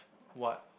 what